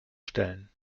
stellen